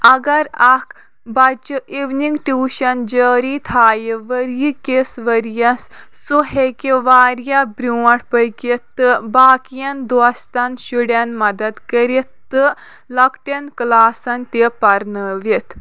اَگر اَکھ بَچہِ اِونِنٛگ ٹیوٗشَن جٲری تھایِہ ؤریہِ کِس ؤریَس سُہ ہیٚکِہ واریاہ بروںٛٹھ پٔکِتھ تہٕ باقِیَن دوستَن شُڑٮ۪ن مَدد کٔرِتھ تہٕ لۄکٹٮ۪ن کلاسَن تہِ پَرنٲوِتھ